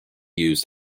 used